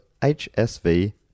HSV